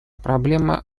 проблема